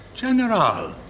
General